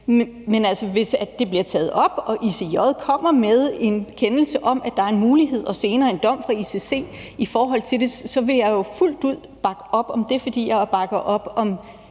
Men hvis det bliver taget op og ICJ kommer med en kendelse om, at der er en mulighed for det, og der senere komme en dom fra ICC om det, vil jeg jo fuldt ud bakke op om det, fordi jeg bakker op om